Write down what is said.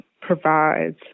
provides